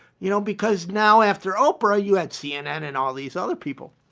you know, because now after oprah you had cnn and all these other people.